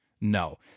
no